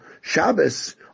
Shabbos